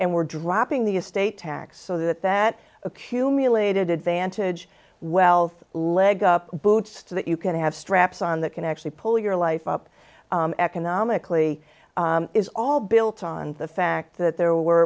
and we're dropping the estate tax so that that accumulated advantage wealth leg up boots that you can have straps on that can actually pull your life up economically is all built on the fact that there